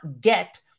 get